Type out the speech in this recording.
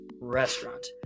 restaurant